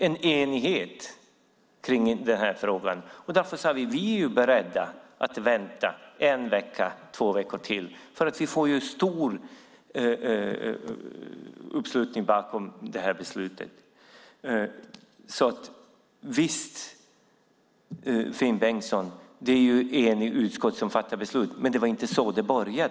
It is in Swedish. Vi ville ha en enighet i frågan. Därför sade vi att vi var beredda att vänta i en eller två veckor till för att få en bred uppslutning bakom beslutet. Så visst var det ett enigt utskott som fattade beslutet, Finn Bengtsson. Men det var inte så det började.